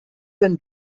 wenn